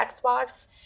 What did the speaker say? Xbox